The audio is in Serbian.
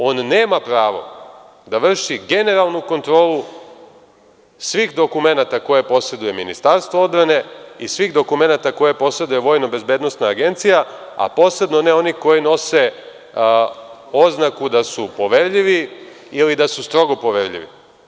On nema pravo da vrši generalnu kontrolu svih dokumenata koje poseduje Ministarstvo odbrane i svih dokumenata koje poseduje VBA, a posebno ne onih koje nose oznaku da su poverljiva ili da su strogo poverljivi.